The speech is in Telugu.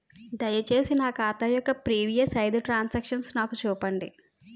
దయచేసి నా ఖాతా యొక్క ప్రీవియస్ ఐదు ట్రాన్ సాంక్షన్ నాకు చూపండి